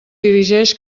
dirigeix